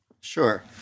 Sure